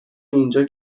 اینجا